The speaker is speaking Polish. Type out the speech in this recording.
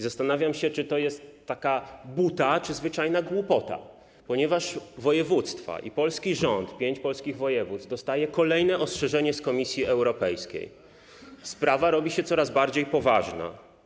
Zastanawiam się, czy to jest buta, czy zwyczajna głupota, ponieważ polski rząd i pięć polskich województw dostają kolejne ostrzeżenie z Komisji Europejskiej, sprawa robi się coraz bardziej poważna.